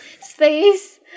space